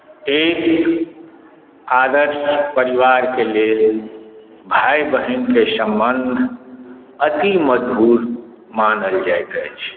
एक आदर्श परिवारके लेल भाय बहिनके सम्बन्ध अति मधुर मानल जाइत अछि